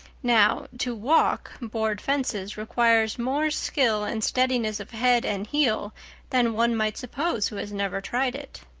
now, to walk board fences requires more skill and steadiness of head and heel than one might suppose who has never tried it.